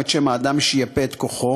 גם את שם האדם שייפה את כוחו,